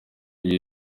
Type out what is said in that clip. ibihe